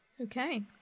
Okay